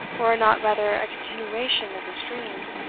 or are not rather a continuation of his dream.